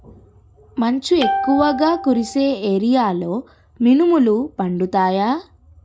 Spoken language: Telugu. మంచు ఎక్కువుగా కురిసే ఏరియాలో మినుములు పండుతాయా?